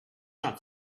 not